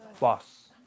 Boss